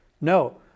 No